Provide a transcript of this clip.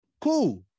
Cool